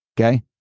Okay